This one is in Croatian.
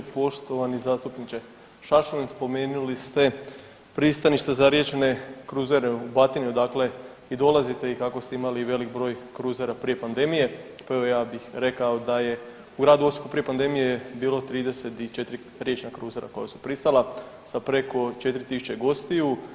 Poštovani zastupniče Šašlin, spomenuli ste pristanište za riječne kruzere u Batini odakle i dolazite i kako ste imali velik broj kruzera prije pandemije, to je ja bih rekao da je u gradu Osijeku prije pandemije bilo 34 riječna kruzera koja su pristala sa preko 4000 gostiju.